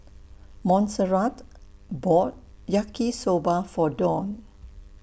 Monserrat bought Yaki Soba For Dawne